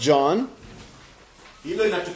John